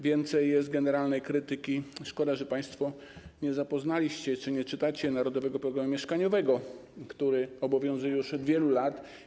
Więcej jest generalnej krytyki, szkoda, że państwo nie zapoznaliście się czy nie czytacie Narodowego Programu Mieszkaniowego, który obowiązuje już od wielu lat.